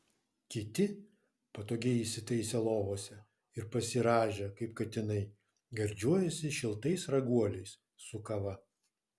kiti patogiai įsitaisę lovose ir pasirąžę kaip katinai gardžiuojasi šiltais raguoliais su kava